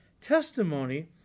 testimony